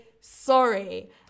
sorry